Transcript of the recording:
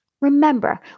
Remember